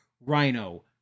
Rhino